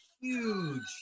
huge